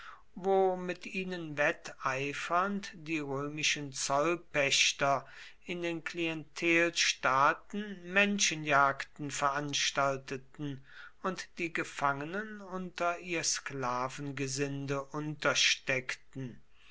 wo mit ihnen wetteifernd die römischen zollpächter in den klientelstaaten menschenjagden veranstalteten und die gefangenen unter ihr sklavengesinde